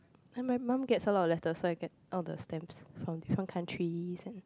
ya my mum gets a lot of letters so I get all the stamps from different countries and